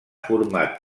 format